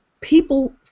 people